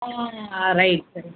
ಹಾಂ ರೈಟ್